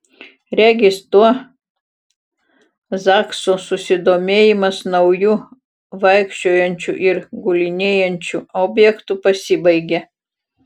regis tuo zakso susidomėjimas nauju vaikščiojančiu ir gulinėjančiu objektu pasibaigė